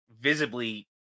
visibly